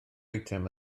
eitem